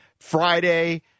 Friday